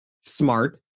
smart